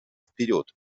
вперед